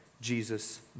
Jesus